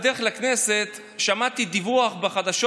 בדרך לכנסת שמעתי דיווח בחדשות,